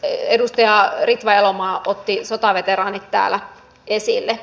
edustaja ritva elomaa otti sotaveteraanit täällä esille